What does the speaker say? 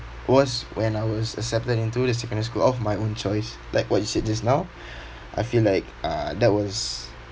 was when I was accepted into the secondary school of my own choice like what you said just now I feel like uh that was